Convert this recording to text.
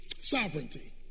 Sovereignty